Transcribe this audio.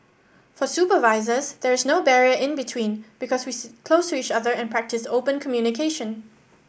for supervisors there is no barrier in between because we sit close to each other and practice open communication